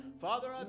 Father